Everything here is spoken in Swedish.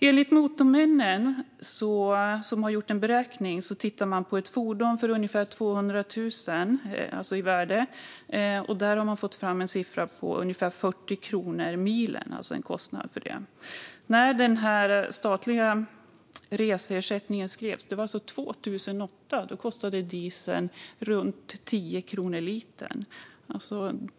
Enligt Motormännen, som har gjort en beräkning, har man för ett fordon med ett ungefärligt värde på 200 000 fått fram att kostnaden blir cirka 40 kronor milen. Den här statliga reseersättningen infördes 2008, och då kostade dieseln runt 10 kronor liten.